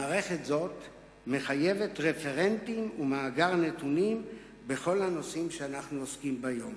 מערכת זו מחייבת רפרנטים ומאגר נתונים בכל הנושאים שאנחנו עוסקים בהם.